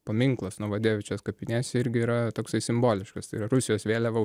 paminklas novadevičės kapinėse irgi yra toksai simboliškas tai yra rusijos vėliava